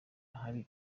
hari